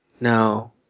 no